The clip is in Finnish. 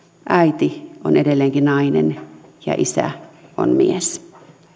äiti on edelleenkin nainen ja isä on mies